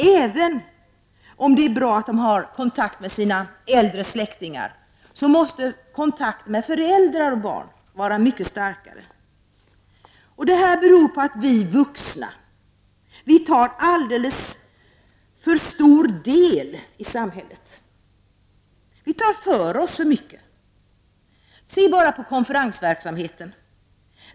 Även om det är bra med kontakten med äldre släktingar måste kontakten mellan föräldrar och barn vara mycket starkare. Det här beror på att vi vuxna tar alldeles för stor del i samhället. Vi vuxna tar för oss för mycket. Se bara på konferensverksamheten.